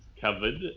covered